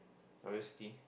obviously